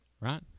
Right